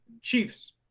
Chiefs